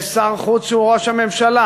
ויש שר חוץ שהוא ראש הממשלה.